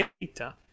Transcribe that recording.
data